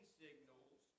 signals